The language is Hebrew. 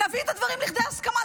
נביא את הדברים לידי הסכמה,